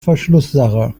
verschlusssache